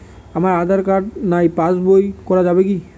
আমার আঁধার কার্ড নাই পাস বই করা যাবে কি?